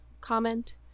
Comment